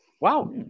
Wow